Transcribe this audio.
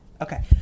Okay